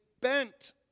bent